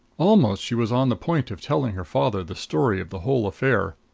almost she was on the point of telling her father the story of the whole affair,